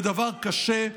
זה דבר קשה,